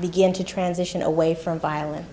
begin to transition away from violen